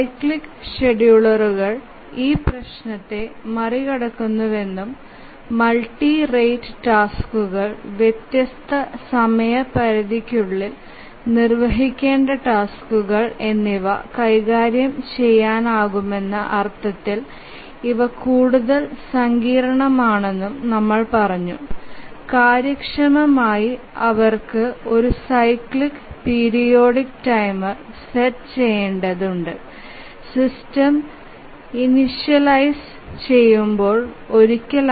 cyclic ഷെഡ്യൂളർമാർ ഈ പ്രശ്നത്തെ മറികടക്കുന്നുവെന്നും മൾട്ടി റേറ്റ് ടാസ്ക്കുകൾ വ്യത്യസ്ത സമയപരിധിക്കുള്ളിൽ നിർവ്വഹിക്കേണ്ട ടാസ്കുകൾ എന്നിവ കൈകാര്യം ചെയ്യാനാകുമെന്ന അർത്ഥത്തിൽ ഇവ കൂടുതൽ സങ്കീർണ്ണമാണെന്നും നമ്മൾ പറഞ്ഞു കാര്യക്ഷമമായി അവർക്ക് ഒരു സൈക്ലിക് പീരിയോഡിക് ടൈമർ സെറ്റ് ചെയേണ്ടത് ഉണ്ട് സിസ്റ്റം ഇനിശ്യലൈസ ചെയുമ്പോൾ ഒരിക്കൽ